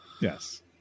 Yes